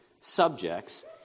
subjects